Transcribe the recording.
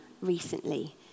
recently